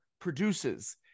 produces –